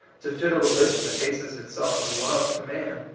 to fit a religion that bases itself on love to man.